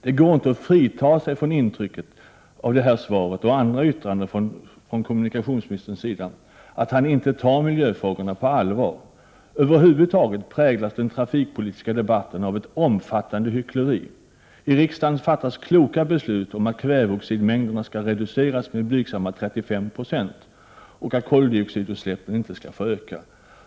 Det går inte att frita sig från intrycket av detta svar och andra yttranden som kommunikationsministern har fällt att han inte tar miljöfrågorna på allvar. Över huvud taget präglas den trafikpolitiska debatten av ett omfattande hyckleri. I riksdagen fattas kloka beslut om att kväveoxidmängderna skall reduceras med blygsamma 35 26 och att koldioxidutsläppen inte skall få öka.